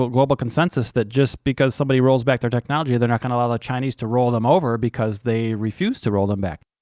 but global consensus that just because somebody rolls back their technology they're not gonna allow the chinese to roll them over because they refuse to roll them back.